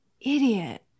idiot